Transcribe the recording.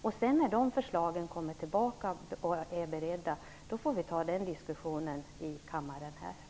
Vi får ta den diskussionen här i kammaren när dessa förslag kommer tillbaka och är beredda.